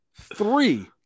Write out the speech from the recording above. three